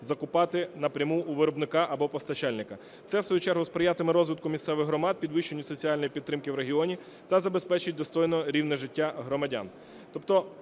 закупати напряму у виробника або постачальника. Це у свою чергу сприятиме розвитку місцевих громад, підвищенню соціальної підтримки в регіоні та забезпечить достойне рівне життя громадян.